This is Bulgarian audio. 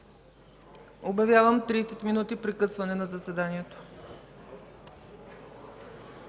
Обявявам 30 мин. прекъсване на заседанието.